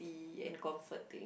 ~ty and comforting